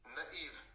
naive